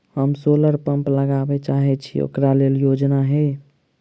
हम solar pump लगाबै चाहय छी ओकरा लेल योजना हय?